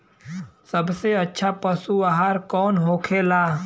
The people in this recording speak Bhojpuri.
सबसे अच्छा पशु आहार कौन होखेला?